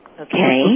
Okay